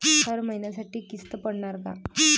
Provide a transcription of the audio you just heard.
हर महिन्यासाठी किस्त पडनार का?